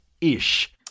ish